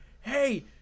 hey